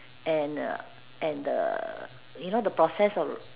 and err and the you know the process of